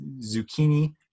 zucchini